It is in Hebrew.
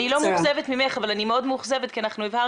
אני לא מאוכזבת ממך אבל אני מאוד מאוכזבת כי הבהרנו